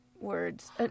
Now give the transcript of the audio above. words